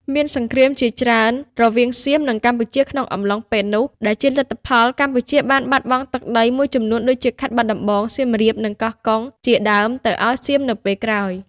មានសង្គ្រាមជាច្រើនរវាងសៀមនិងកម្ពុជាក្នុងអំឡុងពេលនោះ ដែលជាលទ្ធផលកម្ពុជាបានបាត់បង់ទឹកដីមួយចំនួនដូចជាខេត្តបាត់ដំបង សៀមរាប និងកោះកុងជាដើមទៅឱ្យសៀមនៅពេលក្រោយ។